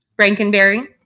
Frankenberry